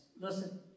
Listen